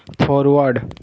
forward